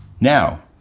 Now